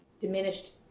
diminished